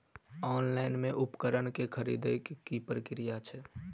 Online मे उपकरण केँ खरीदय केँ की प्रक्रिया छै?